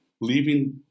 leaving